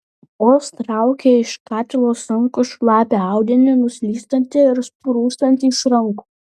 vos traukė iš katilo sunkų šlapią audinį nuslystantį ir sprūstantį iš rankų